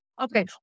okay